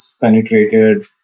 penetrated